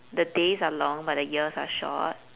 the days are long but the years are short